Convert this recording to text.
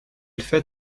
fait